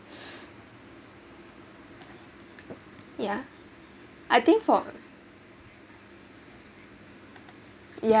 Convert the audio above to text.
ya I think for yeah